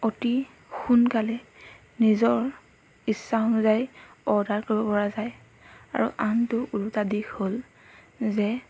অতি সোনকালে নিজৰ ইচ্ছা অনুযায়ী অৰ্ডাৰ কৰিব পৰা যায় আৰু আনটো ওলোটা দিশ হ'ল যে